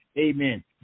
amen